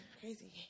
crazy